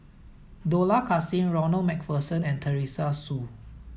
Dollah Kassim Ronald MacPherson and Teresa Hsu